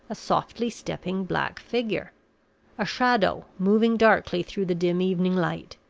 a softly stepping black figure a shadow, moving darkly through the dim evening light.